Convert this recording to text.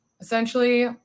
Essentially